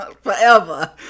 forever